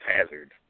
Hazard